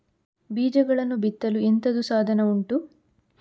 ಬೀಜಗಳನ್ನು ಬಿತ್ತಲು ಎಂತದು ಸಾಧನ ಉಂಟು?